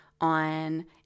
on